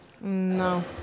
No